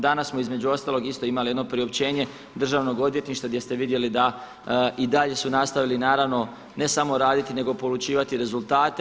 Danas smo između ostalog isto imali jedno priopćenje državnog odvjetništva gdje ste vidjeli da i dalje su nastavili naravno ne samo raditi nego polučivati rezultate.